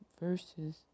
verses